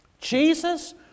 Jesus